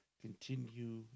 continue